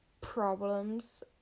problems